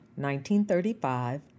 1935